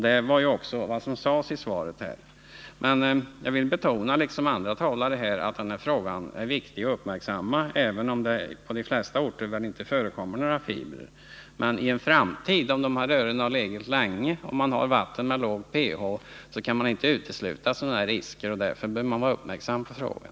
Det är också vad som sägs i jordbruksministerns svar. Men jag vill betona, liksom andra talare här har gjort, att det är viktigt att frågan uppmärksammas, även om det på de flesta orter väl inte förekommer några asbestfibrer i dricksvattnet. Men i en framtid, när rören har legat nere länge och på platser där vattnet har lågt pH-värde, kan risker inte uteslutas. Därför bör man vara uppmärksam på frågan.